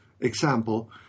example